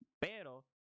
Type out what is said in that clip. pero